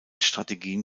strategien